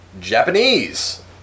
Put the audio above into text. Japanese